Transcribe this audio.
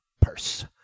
purse